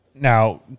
Now